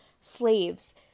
slaves